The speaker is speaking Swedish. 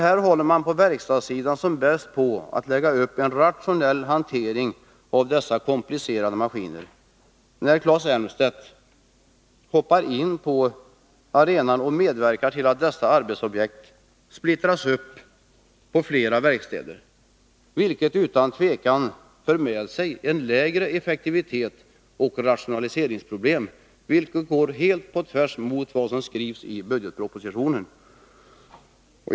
Här håller man på verkstadssidan som bäst på att lägga upp en rationell hantering av dessa komplicerade maskiner när Claes Elmstedt hoppade in på arenan och medverkade till att detta arbete splittrades upp på flera verkstäder, vilket utan tvivel medför en lägre effektivitet och rationaliseringsproblem, vilket går stick i stäv mot vad som sägs i budgetpropositionen.